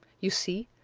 you see,